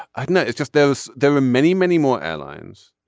ah not it's just those. there are many many more airlines.